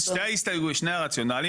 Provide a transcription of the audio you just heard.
שני הרציונלים,